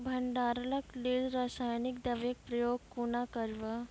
भंडारणक लेल रासायनिक दवेक प्रयोग कुना करव?